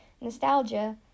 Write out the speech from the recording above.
Nostalgia